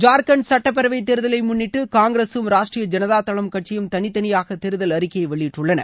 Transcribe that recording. ஜார்க்கண்ட் சுட்டப்பேரவை தேர்தலை முன்னிட்டு காங்கிரசும் ராஷ்டிரிய ஜனதாதளம் கட்சியும் தனித்தனியாக தேர்தல் அறிக்கையை வெளியிட்டள்ளன